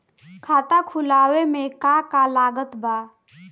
खाता खुलावे मे का का लागत बा?